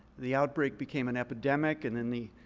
the outbreak became an epidemic. and then the